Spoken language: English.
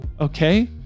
Okay